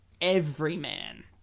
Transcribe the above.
everyman